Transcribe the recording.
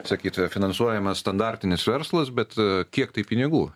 sakyt finansuojamas standartinis verslas bet kiek tai pinigų